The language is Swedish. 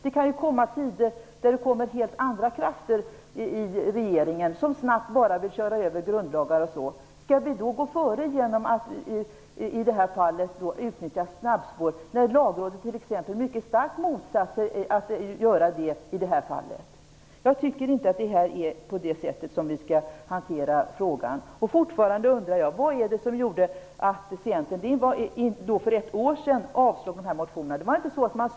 Det kan ju komma tider när helt andra krafter kommer i regeringsställning och snabbt vill köra över grundlagarna. Skall vi då gå före genom att i det här fallet utnyttja snabbspår, när t.ex. Lagrådet mycket starkt har motsatt sig detta? Jag tycker inte att det är på det sättet som vi skall hantera frågan. Jag undrar fortfarande vad det var som gjorde att Centern avslog dessa motioner för ett år sedan?